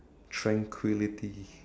tranquility